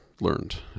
learned